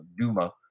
Duma